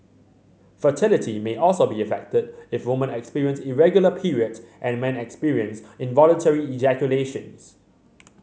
fertility may also be affected if women experience irregular periods and men experience involuntary ejaculations